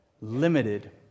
limited